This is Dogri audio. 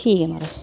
ठीक ऐ म्हाराज